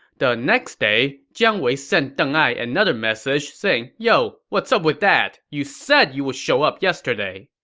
the next day, jiang wei sent deng ai another message, saying, yo, what's up with that? you said you would show up yesterday.